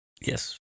Yes